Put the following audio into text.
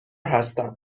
هستم